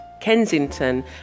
kensington